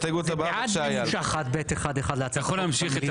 הצבעה בעד 4 נגד 9 נמנעים אין